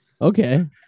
okay